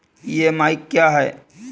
EMI क्या है?